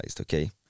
okay